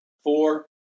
four